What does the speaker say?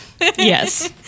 yes